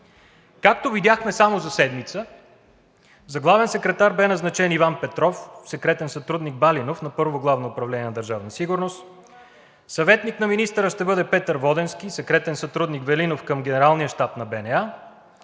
Както видяхме, само за седмица за главен секретар бе назначен Иван Петров – секретен сътрудник „Балинов“ на Първо главно управление на Държавна сигурност; съветник на министъра ще бъде Петър Воденски – секретен сътрудник „Велинов“ към Генералния щаб на БНА;